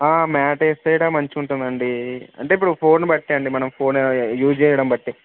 mat వేస్తే మంచిగా ఉంటుందండి అంటే ఇప్పుడు ఫోన్ బట్టి అండి మనం ఫోన్ యూస్ చేయడం బట్టి